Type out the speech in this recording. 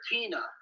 Tina